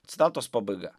citatos pabaiga